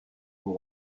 vous